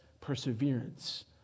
perseverance